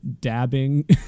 dabbing